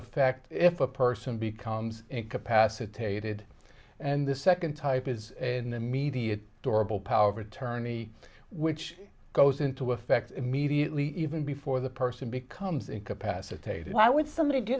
effect if a person becomes incapacitated and the second type is an immediate durable power of attorney which goes into effect immediately even before the person becomes incapacitated why would somebody